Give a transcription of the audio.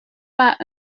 pas